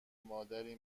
مادری